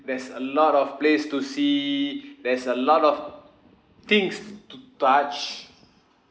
there's a lot of place to see there's a lot of things to touch